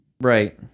Right